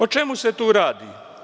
O čemu se tu radi?